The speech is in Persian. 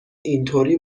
اینطوری